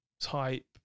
type